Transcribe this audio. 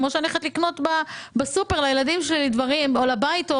כמו כאשר אני הולכת לקנות דברים בסופרמרקט לילדים שלי או לבית.